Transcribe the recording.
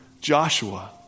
Joshua